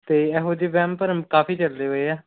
ਅਤੇ ਇਹੋ ਜਿਹੇ ਵਹਿਮ ਭਰਮ ਕਾਫ਼ੀ ਚੱਲੇ ਹੋਏ ਆ